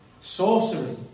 sorcery